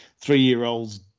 Three-year-olds